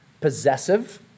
Possessive